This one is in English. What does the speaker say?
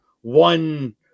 one